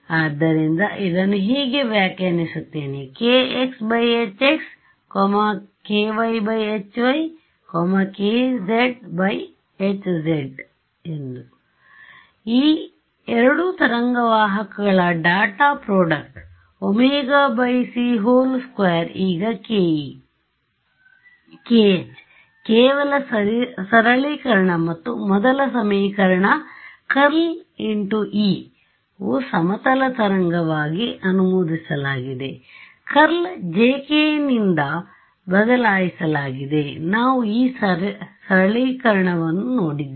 ಆದ್ದರಿಂದ ಇದನ್ನು ಹೀಗೆ ವ್ಯಾಖ್ಯಾನಿಸುತ್ತೇನೆ kxhx ky hy kz hz z ಈ ಎರಡು ತರಂಗ ವಾಹಕಗಳ ಡಾಟ್ ಪ್ರೊಡಕ್ಟ್ ωc2 ಈಗ ke · kh ಕೇವಲ ಸರಳೀಕರಣ ಮತ್ತು ಮೊದಲ ಸಮೀಕರಣ ∇× E ವು ಸಮತಲ ತರಂಗವಾಗಿ ಅನುವಾದಿಸಲಾಗಿದೆ ಕರ್ಲ್ jk ನಿಂದ ಬದಲಾಯಿಸಲಾಗಿದೆ ನಾವು ಈ ಸರಳೀಕರಣವನ್ನು ನೋಡಿದ್ದೇವೆ